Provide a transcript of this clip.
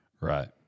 right